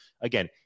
again